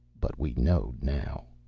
but we know now.